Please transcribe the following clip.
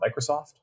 Microsoft